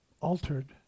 altered